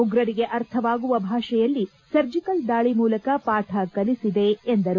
ಉಗ್ರರಿಗೆ ಅರ್ಥವಾಗುವ ಭಾಷೆಯಲ್ಲಿ ಸರ್ಜಿಕಲ್ ದಾಳಿ ಮೂಲಕ ಪಾಠ ಕಲಿಸಿದೆ ಎಂದರು